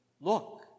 Look